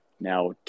now